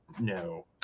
no